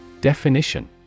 Definition